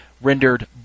rendered